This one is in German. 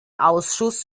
ausschuss